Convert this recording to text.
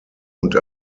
und